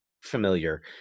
familiar